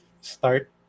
start